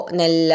nel